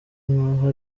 nkaho